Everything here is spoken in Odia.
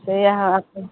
ସେୟା ହଁ